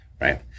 right